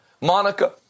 Monica